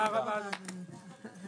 הישיבה ננעלה בשעה 10:40.